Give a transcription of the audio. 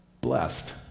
blessed